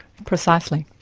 precisely.